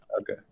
Okay